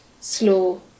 slow